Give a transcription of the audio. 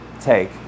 take